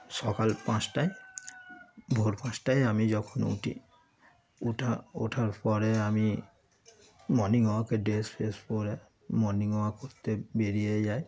সকাল পাঁচটায় ভোর পাঁচটায় আমি যখন উঠি উঠা ওঠার পরে আমি মর্নিং ওয়াকের ড্রেস ফেস পরে মর্নিং ওয়াক করতে বেরিয়ে যাই